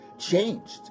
Changed